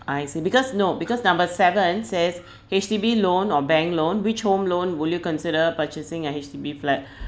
I see because no because number seven says H_D_B loan or bank loan which home loan will you consider purchasing a H_D_B flat